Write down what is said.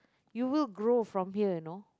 you will grow from here you know